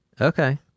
okay